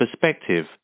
perspective